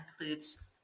includes